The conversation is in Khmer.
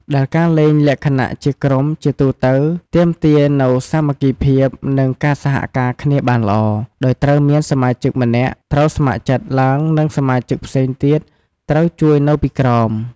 ដែលការលេងលក្ខណៈជាក្រុម ជាទូទៅទាមទារនូវ សាមគ្គីភាព និង ការសហការគ្នាបានល្អ ដោយត្រូវមានសមាជិកម្នាក់ត្រូវស្ម័គ្រចិត្តឡើងនិងសមាជិកផ្សេងទៀតត្រូវជួយនៅពីក្រោម។